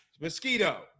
Mosquito